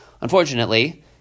unfortunately